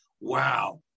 wow